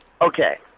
Okay